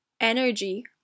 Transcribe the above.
energy